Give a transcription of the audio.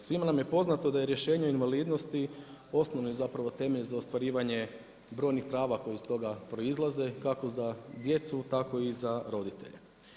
Svima nam je poznato da je rješenje o invalidnosti osnovni zapravo temelj za ostvarivanje brojnih prava koji iz toga proizlaze kako za djecu, tako i za roditelje.